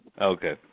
Okay